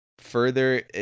Further